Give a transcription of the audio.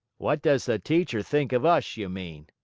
what does the teacher think of us, you mean?